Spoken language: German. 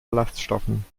ballaststoffen